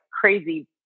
crazy